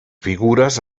figures